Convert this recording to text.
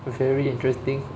very interesting